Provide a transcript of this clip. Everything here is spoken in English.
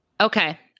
Okay